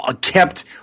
kept